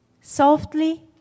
softly